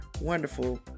wonderful